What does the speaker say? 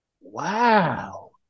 Wow